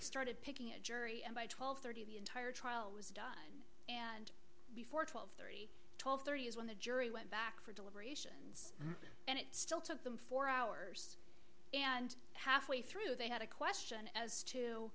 started picking a jury and by twelve thirty the entire trial was done and before twelve thirty twelve thirty is when the jury went back for deliverance and it still took them four hours and halfway through they had a question as to